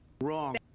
Wrong